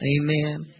Amen